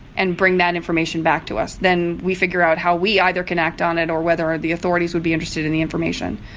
and bring that information back to us. then we figure out how we either can act on it or whether the authorities would be interested in the information.